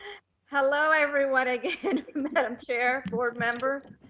hello everyone again madam chair, board member.